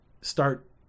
start